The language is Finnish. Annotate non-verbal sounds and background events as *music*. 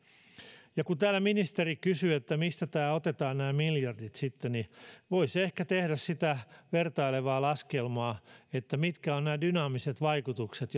*unintelligible* *unintelligible* *unintelligible* ja kun täällä ministeri kysyi mistä nämä miljardit sitten *unintelligible* *unintelligible* *unintelligible* *unintelligible* *unintelligible* *unintelligible* *unintelligible* *unintelligible* *unintelligible* *unintelligible* *unintelligible* *unintelligible* otetaan voisi ehkä tehdä *unintelligible* *unintelligible* *unintelligible* vertailevaa laskelmaa *unintelligible* *unintelligible* *unintelligible* *unintelligible* siitä mitkä ovat dynaamiset vaikutukset *unintelligible*